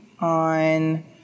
on